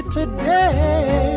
today